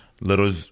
little